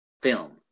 film